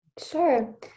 Sure